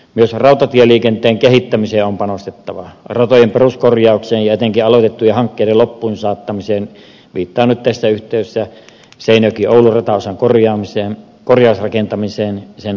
myös rautatieliikenteen kehittämiseen on panostettava ratojen peruskorjaukseen ja etenkin aloitettujen hankkeiden loppuun saattamiseen viittaan nyt tässä yhteydessä seinäjokioulu rataosan korjausrakentamisen loppuun saattamiseen